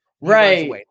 Right